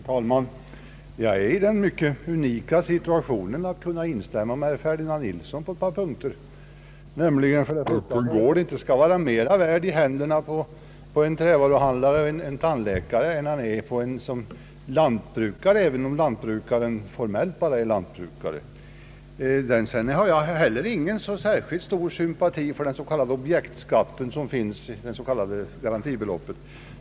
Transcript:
Herr talman! Jag är i den unika situationen att kunna instämma med herr Ferdinand Nilsson på ett par punkter. Jag anser liksom herr Nilsson att en gård inte skall vara mera värd i händerna på en trävaruhandlare eller en tandläkare än den är i händerna på en lantbrukare, även om den senare endast formellt är lantbrukare. Vidare har jag inte heller någon särskilt stor sympati för det slags objektskatt som tas ut genom det s.k. garantibeloppet.